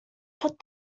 put